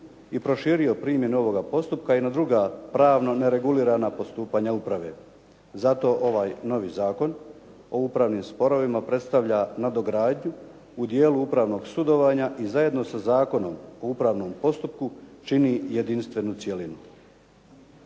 i proširio primjenu ovog postupka i na druga pravno neregulirana postupanja uprave. Zato ovaj novi Zakon o upravnim sporovima predstavlja nadogradnju u dijelu upravnog sudovanja i zajedno sa zakonom o upravnom postupku čini jedinstvenu cjelinu.